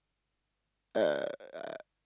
uh uh